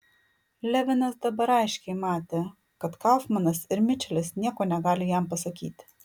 levinas dabar aiškiai matė kad kaufmanas ir mičelis nieko negali jam pasakyti